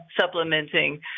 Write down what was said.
supplementing